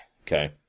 Okay